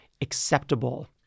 acceptable